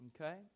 okay